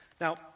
Now